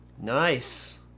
Nice